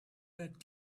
that